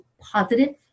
positive